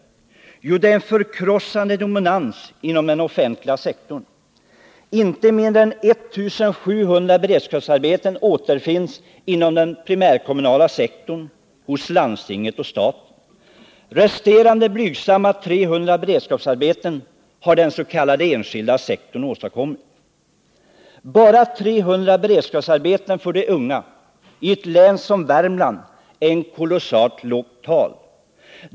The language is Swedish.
Jo, det är en förkrossande dominans inom den offentliga sektorn. Inte mindre än 1 700 beredskapsarbeten återfinns inom den primärkommunala sektorn, och hos landstinget och staten. Resterande blygsamma 300 beredskapsarbeten har den s.k. enskilda sektorn åstadkommit. Bara 300 beredskapsarbeten för de unga, i ett län som Värmland, är ett kolossalt lågt tal.